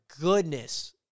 goodness –